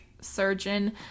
surgeon